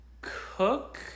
Cook